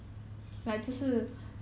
mm